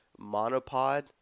monopod